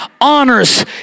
honors